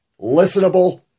Listenable